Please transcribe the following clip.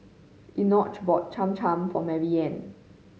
Enoch bought Cham Cham for Maryanne